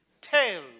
tell